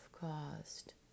caused